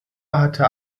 hatte